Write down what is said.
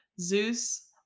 Zeus